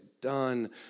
done